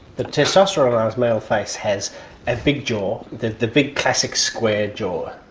the testosteronised male face has a big jaw, the the big classic square jaw,